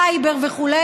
בסייבר וכו',